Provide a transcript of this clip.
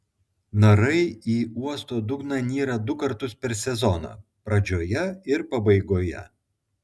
narai į uosto dugną nyra du kartus per sezoną pradžioje ir pabaigoje